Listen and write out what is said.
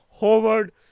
Howard